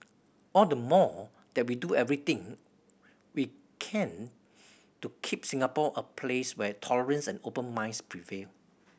all the more that we do everything we can to keep Singapore a place where tolerance and open minds prevail